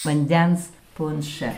vandens punšą